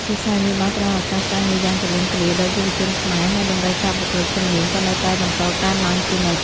វិស័យនេះបានផ្តល់ឱកាសការងារយ៉ាងទូលំទូលាយដល់យុវជនខ្មែរ ហើយតម្រូវការបុគ្គលិកជំនាញក៏នៅតែបន្តកើនឡើងជានិច្ច។